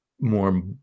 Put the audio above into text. more